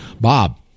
Bob